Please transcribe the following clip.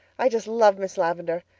i just love miss lavendar.